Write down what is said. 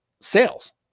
sales